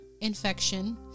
infection